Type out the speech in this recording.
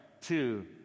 two